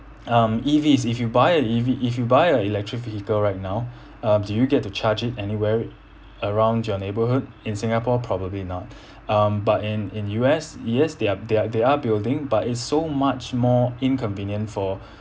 um E_Vs if you buy a E_V if you buy a electric vehicle right now uh do you get to charge it anywhere around your neighbourhood in singapore probably not um but in in U_S yes they are they are they are building but it's so much more inconvenient for